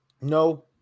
no